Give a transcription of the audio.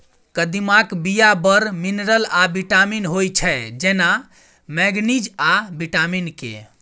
कदीमाक बीया मे बड़ मिनरल आ बिटामिन होइ छै जेना मैगनीज आ बिटामिन के